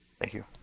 thank you.